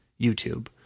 YouTube